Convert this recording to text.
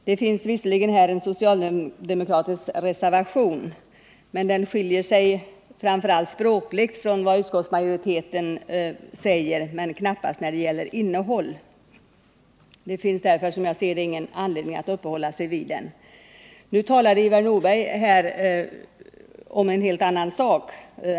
Det föreligger visserligen här en socialdemokratisk reservation; den skiljer sig framför allt språkligt från vad utskottsmajoriteten säger men knappast när det gäller innehållet. Det finns därför som jag ser det ingen anledning att uppehålla sig vid den. Nu talade Ivar Nordberg här om en helt annan sak.